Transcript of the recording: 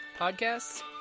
podcasts